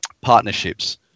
partnerships